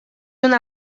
una